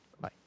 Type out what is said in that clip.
Bye